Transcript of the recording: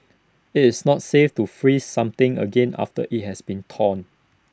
IT is not safe to freeze something again after IT has been thawed